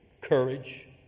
courage